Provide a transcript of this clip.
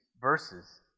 verses